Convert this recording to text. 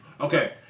Okay